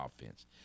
offense